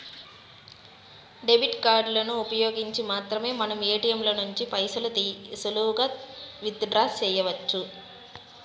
debit కార్డులను ఉపయోగించి మాత్రమే మనం ఏటియంల నుంచి పైసలు సులువుగా విత్ డ్రా సెయ్యొచ్చు